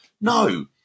No